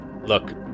Look